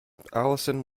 allison